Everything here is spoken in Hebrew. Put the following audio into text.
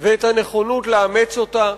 ואת הנכונות לאמץ אותה,